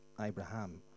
Abraham